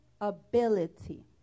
ability